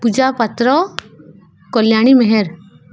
Puja Patra Kalyani Meher